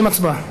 עם הצבעה.